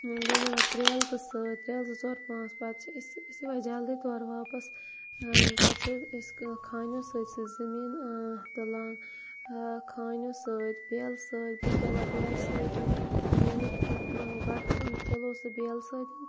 بیٚیہِ نِوان ترٛیلہٕ تہٕہِ سۭتۍ ترٛیلہٕ زٕ ژور پانٛژھ پَتہٕ چھِ أسۍ أسۍ یِوان جلدی تورٕ واپَس پہٕ چھِ أسۍ کٔہ خانیو سۭتۍ سُہ زٔمیٖن تُل خانیو سۭتۍ بیلہٕ سۭتۍ بہٕ چھِس تُلان بیلہٕ سۭتۍ مٔمی گۄڈٕ تُلو سُہ بیلہٕ سۭتۍ